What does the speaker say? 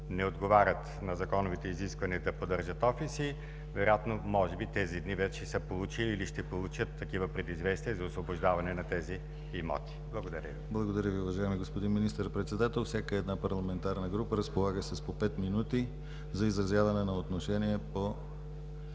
не отговарят на законовите изисквания да поддържат офиси, вероятно, може би, тези дни вече са получили или ще получат такива предизвестия за освобождаване на тези имоти. Благодаря. ПРЕДСЕДАТЕЛ ДИМИТЪР ГЛАВЧЕВ: Благодаря Ви, уважаеми господин Министър-председател. Всяка една парламентарна група разполага с по пет минути за изразяване на отношение по